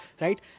right